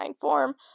form